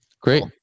Great